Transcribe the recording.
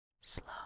slow